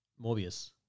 Morbius